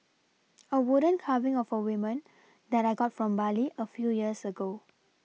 a wooden carving of a women that I got from Bali a few years ago